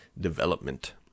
development